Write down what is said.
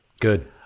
Good